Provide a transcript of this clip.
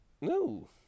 No